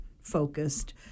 focused